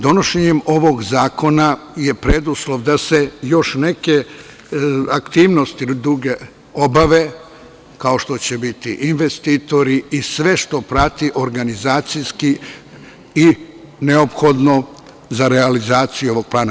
Donošenje ovog zakona je preduslov da se još neke aktivnosti obave, kao što će biti investitori i sve što prati organizacijski i što je neophodno za realizaciju ovog plana.